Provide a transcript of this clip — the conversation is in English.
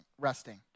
resting